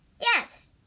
Yes